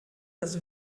das